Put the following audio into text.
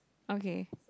okay